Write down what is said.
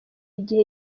igihe